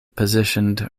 positioned